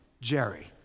Jerry